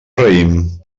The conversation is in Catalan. raïm